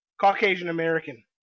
Caucasian-American